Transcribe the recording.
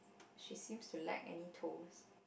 she seems to lack any toes